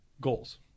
goals